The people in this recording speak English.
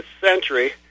century